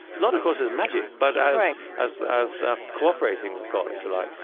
not, of course, as magic, but as as cooperating with god, if you like,